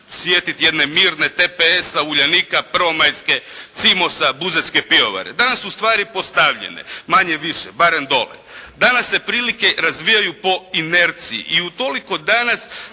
sjetiti jedne "Mirne", "TPS-a", "Uljanika", "Prvomajske", "Cimosa", "Buzetske pivovare". Danas su stvari postavljene manje-više, barem dolje. Danas se prilike razvijaju po inerciji i utoliko danas